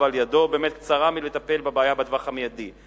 אבל ידו באמת קצרה מלטפל בבעיה בטווח המיידי.